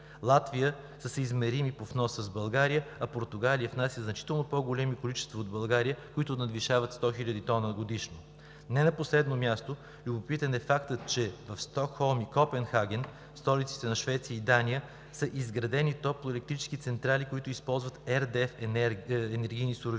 Латвия е съизмерима по внос с България, а Португалия внася значително по-големи количества от България, които надвишават 100 хиляди тона годишно. Не на последно място, любопитен е фактът, че в Стокхолм и Копенхаген – столиците на Швеция и Дания, са изградени топлоелектрически централи, които използват RDF енергийни суровини.